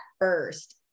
first